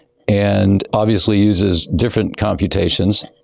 and obviously uses different computations.